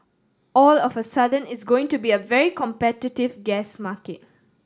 all of a sudden it's going to be a very competitive gas market